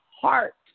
heart